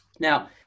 Now